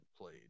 played